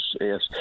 yes